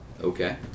Okay